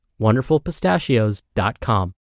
WonderfulPistachios.com